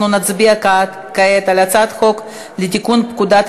אנחנו נצביע כעת על הצעת חוק לתיקון פקודת